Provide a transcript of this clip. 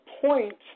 point